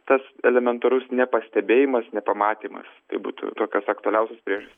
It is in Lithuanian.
tas elementarus nepastebėjimas nepamatymas tai būtų tokios aktualiausios priežastys